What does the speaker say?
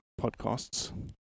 podcasts